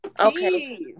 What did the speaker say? Okay